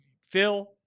Phil